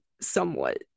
somewhat